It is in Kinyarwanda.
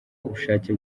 ubushake